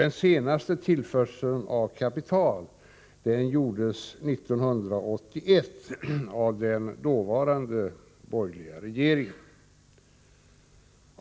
Den senaste tillförseln av kapital gjordes 1981 av den dåvarande borgerliga regeringen.